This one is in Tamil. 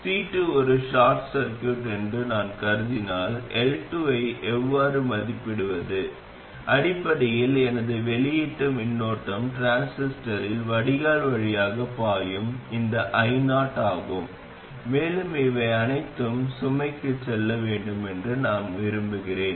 C2 ஒரு ஷார்ட் சர்க்யூட் என்று நான் கருதினால் L2 ஐ எவ்வாறு மதிப்பிடுவது அடிப்படையில் எனது வெளியீட்டு மின்னோட்டம் டிரான்சிஸ்டரின் வடிகால் வழியாக பாயும் இந்த io ஆகும் மேலும் இவை அனைத்தும் சுமைக்கு செல்ல வேண்டும் என்று நான் விரும்புகிறேன்